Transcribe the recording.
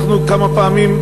אנחנו כמה פעמים,